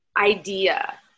idea